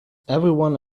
everyone